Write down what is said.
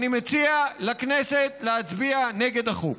אני מציע לכנסת להצביע נגד החוק.